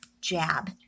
jab